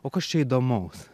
o kas čia įdomaus